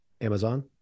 Amazon